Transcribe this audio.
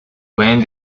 pueden